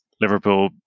Liverpool